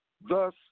Thus